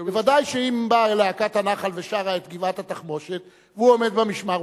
בוודאי שאם באה להקת הנח"ל ושרה את "גבעת-התחמושת" והוא עומד במשמר,